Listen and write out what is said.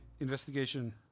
Investigation